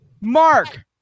Mark